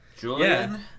Julian